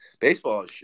baseball